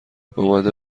اومده